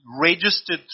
registered